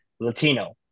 Latino